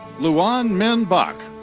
luan minh bach.